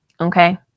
Okay